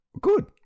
good